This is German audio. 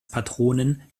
patronin